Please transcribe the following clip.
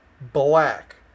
black